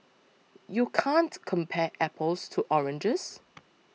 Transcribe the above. you can't compare apples to oranges